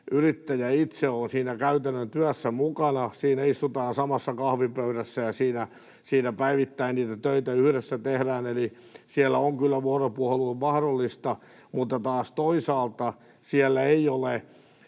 yrittäjä itse on siinä käytännön työssä mukana, siinä istutaan samassa kahvipöydässä, ja päivittäin niitä töitä yhdessä tehdään, eli siellä on kyllä vuoropuhelu mahdollista, mutta toisaalta taas siellä ei ole